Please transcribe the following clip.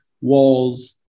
walls